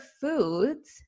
foods